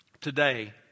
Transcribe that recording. today